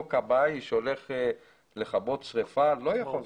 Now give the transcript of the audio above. אותו כבאי שהולך לכבות שריפה, לא יכול לראות.